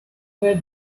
where